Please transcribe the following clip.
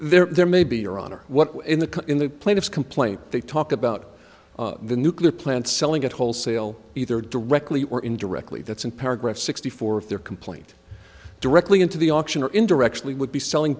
there may be iran or what in the in the plaintiff's complaint they talk about the nuclear plant selling at wholesale either directly or indirectly that's in paragraph sixty four if their complaint directly into the auction or indirectly would be selling